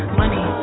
money